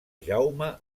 jaume